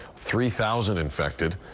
three thousand infected.